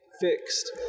fixed